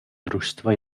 družstva